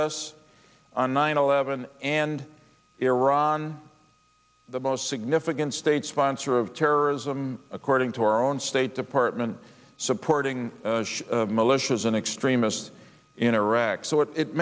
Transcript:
us on nine eleven and iran the most significant state sponsor of terrorism according to our own state department supporting militias and extremists in iraq so if it